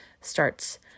starts